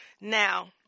Now